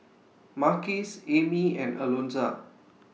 Marques Amie and Alonza